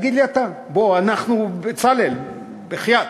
תגיד לי אתה, בוא, אנחנו, בצלאל, בחייאת,